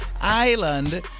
Island